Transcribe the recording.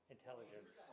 Intelligence